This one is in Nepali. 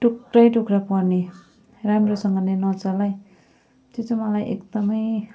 टुक्रै टुक्रा पर्ने राम्रोसँगले नचलाइ त्यो चाहिँ मलाई एकदम